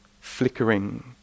flickering